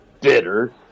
bitter